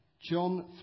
John